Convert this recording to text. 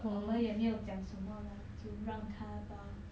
我们也没有讲什么 lah 就让他吧